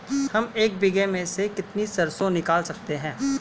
हम एक बीघे में से कितनी सरसों निकाल सकते हैं?